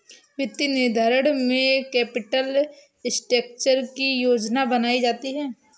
वित्तीय निर्धारण में कैपिटल स्ट्रक्चर की योजना बनायीं जाती है